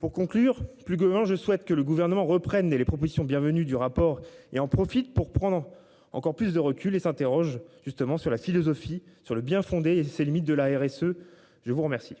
pour conclure plus. Je souhaite que le gouvernement reprenne les les propositions bienvenue du rapport et en profite pour prendre encore plus de recul et s'interroge justement sur la philosophie sur le bien-fondé ses limites de la RSE. Je vous remercie.